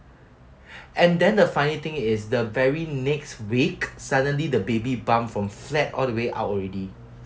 and then the funny thing is the very next week suddenly the baby bump from flat all the way out already